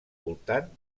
voltant